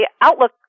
Outlook